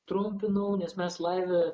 trumpinau nes mes laive